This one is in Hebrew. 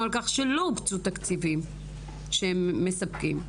על כך שלא הוקצו תקציבים שהם מספקים,